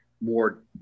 more